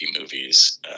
movies